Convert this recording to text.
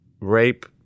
rape